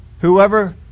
Whoever